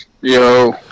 Yo